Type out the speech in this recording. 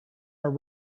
are